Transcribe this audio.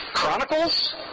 Chronicles